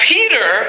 Peter